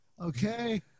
Okay